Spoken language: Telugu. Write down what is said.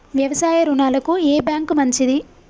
వ్యవసాయ రుణాలకు ఏ బ్యాంక్ మంచిది?